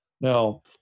Now